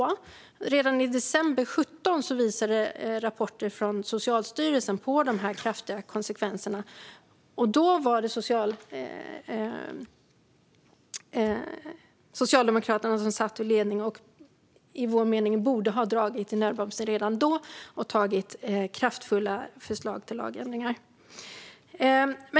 Redan i december 2017 visade rapporter från Socialstyrelsen på de kraftiga konsekvenserna. Då var det Socialdemokraterna som satt i ledningen. Enligt vår mening borde de ha dragit i nödbromsen redan då och lagt fram kraftfulla förslag till lagändringar.